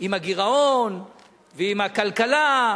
עם הגירעון ועם הכלכלה,